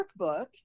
workbook